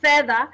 further